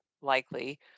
likely